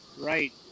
right